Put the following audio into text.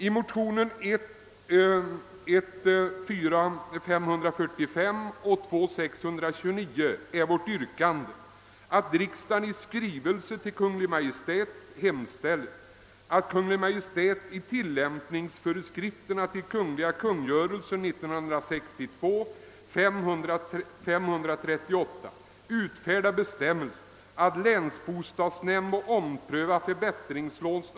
I motionsparet I:545 och 11:629 är vårt yrkande, att riksdagen i skrivelse till Kungl. Maj:t hem Herr talman!